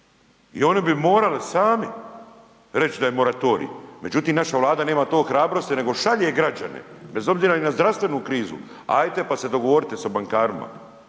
i oni bi morali sami reći da je moratorij, međutim naša Vlada nema te hrabrosti nego šalje građane, bez obzira i na zdravstvenu krizu, ajte pa se dogovorite sa bankarima.